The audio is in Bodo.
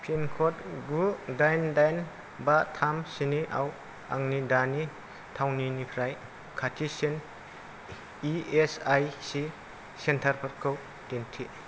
पिनक'ड गु दाइन दाइन बा थाम स्नि आव आंनि दानि थावनिनिफ्राय खाथिसिन इ एस आइ सि सेन्टारफोरखौ दिन्थि